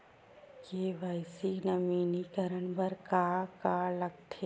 KYC नवीनीकरण बर का का लगथे?